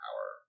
power